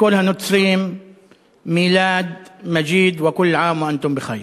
לכל הנוצרים "מִלאד מג'יד וכּול עאם ואנתּום בּח'יר".